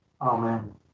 Amen